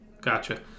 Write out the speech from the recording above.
gotcha